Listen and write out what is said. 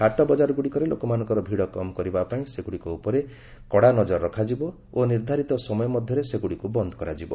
ହାଟ ବଜାରଗୁଡ଼ିକରେ ଲୋକମାନଙ୍କର ଭିଡ଼ କମ୍ କରିବା ପାଇଁ ସେଗୁଡ଼ିକ ଉପରେ କଡ଼ା ନଜର ରଖାଯିବ ଓ ନିର୍ଦ୍ଧାରିତ ସମୟ ମଧ୍ୟରେ ସେଗୁଡ଼ିକୁ ବନ୍ଦ କରାଯିବ